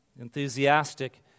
enthusiastic